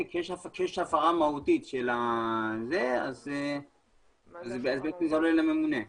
כן, כשיש הפרה מהותית זה עולה לממונה.